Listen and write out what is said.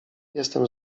jestem